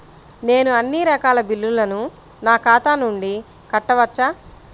నేను అన్నీ రకాల బిల్లులను నా ఖాతా నుండి కట్టవచ్చా?